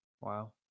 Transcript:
Wow